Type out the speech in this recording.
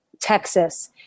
Texas